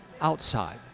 outside